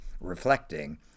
reflecting